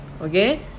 okay